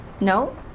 No